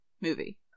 movie